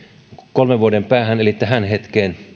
kolmen vuoden päähän eli tähän hetkeen